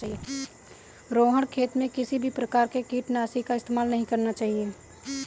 रोहण खेत में किसी भी प्रकार के कीटनाशी का इस्तेमाल नहीं करना चाहता है